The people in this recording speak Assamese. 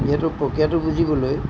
যিহেতু প্ৰক্ৰিয়াটো বুজিবলৈ